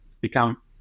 become